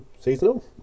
seasonal